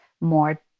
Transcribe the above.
more